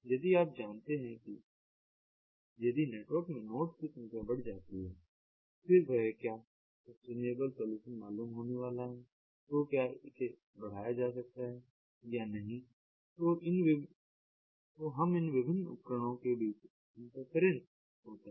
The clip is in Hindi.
यदि आप जानते हैं कि यदि नेटवर्क में नोड्स की संख्या बढ़ जाती है फिर क्या सस्टेनेबल सॉल्यूशन मालूम होने वाला है तो क्या इसे बढ़ाया जा सकता है या नहीं तो हम विभिन्न उपकरणों के बीच इंटरफ्रेंस होता हैं